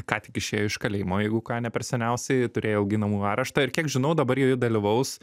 ką tik išėjo iš kalėjimo jeigu ką ne per seniausiai turėjo ilgai namų areštą ir kiek žinau dabar ji dalyvaus